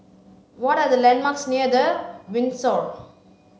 what are the landmarks near The Windsor